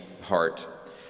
heart